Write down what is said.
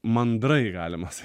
mandrai galima sa